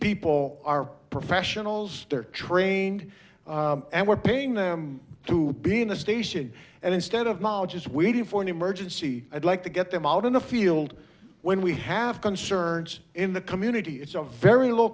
people are professionals they're trained and we're paying them to be in the station and instead of knowledge as we do for an emergency i'd like to get them out in the field when we have concerns in the community it's a very low